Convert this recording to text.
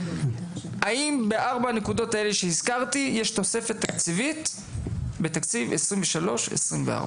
האם בארבע הנקודות האלה שהזכרתי יש תוספת בתקציב 2023 ו-2024?